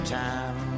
time